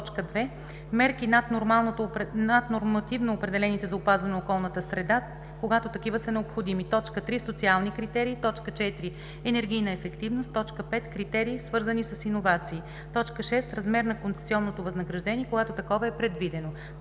2. мерки над нормативно определените за опазване на околната среда, когато такива са необходими; 3. социални критерии; 4. енергийна ефективност; 5. критерии, свързани с иновации; 6. размер на концесионното възнаграждение, когато такова е предвидено;